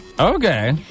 Okay